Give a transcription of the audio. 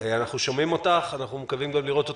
אנחנו שומעים אותך, אנחנו מקווים גם לראות אותך.